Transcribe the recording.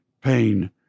pain